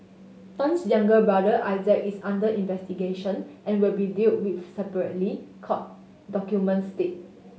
Tan's younger brother Isaac is under investigation and will be deal with separately court documents state